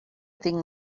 tinc